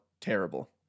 terrible